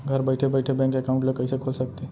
घर बइठे बइठे बैंक एकाउंट ल कइसे खोल सकथे?